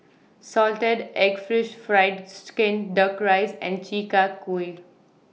Salted Egg Fried Fish Skin Duck Rice and Chi Kak Kuih